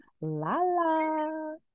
Lala